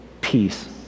peace